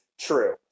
true